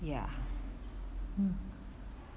ya mm